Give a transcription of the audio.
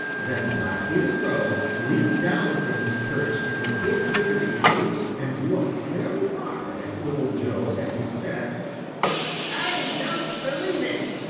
then blacky the crow leaned down from his perch in the big hickory-tree and looked very hard at little joe as he said i don't believe it.